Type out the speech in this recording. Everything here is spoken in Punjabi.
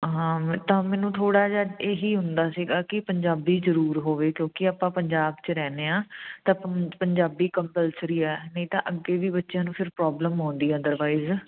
ਹਾਂ ਤਾਂ ਮੈਨੂੰ ਥੋੜ੍ਹਾ ਜਿਹਾ ਇਹੀ ਹੁੰਦਾ ਸੀਗਾ ਕਿ ਪੰਜਾਬੀ ਜ਼ਰੂਰ ਹੋਵੇ ਕਿਉਂਕਿ ਆਪਾਂ ਪੰਜਾਬ 'ਚ ਰਹਿੰਦੇ ਹਾਂ ਤਾਂ ਪੰਜਾਬੀ ਕੰਪਲਸਰੀ ਆ ਨਹੀਂ ਤਾਂ ਅੱਗੇ ਵੀ ਬੱਚਿਆਂ ਨੂੰ ਫਿਰ ਪ੍ਰੋਬਲਮ ਆਉਂਦੀ ਆ ਅਦਰਵਾਈਜ਼